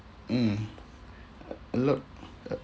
mm a lot uh